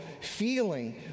feeling